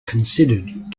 considered